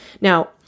Now